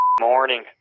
morning